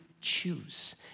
choose